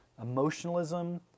emotionalism